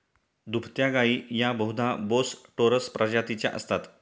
दुभत्या गायी या बहुधा बोस टोरस प्रजातीच्या असतात